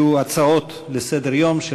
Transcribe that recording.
יהיו הצעות לסדר-היום של